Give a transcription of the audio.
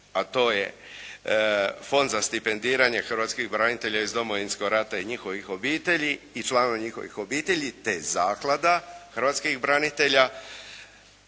a to je Fond za stipendiranje hrvatskih branitelja iz Domovinskog rata i njihovih obitelji i članova njihovih obitelji te zaklada hrvatskih branitelja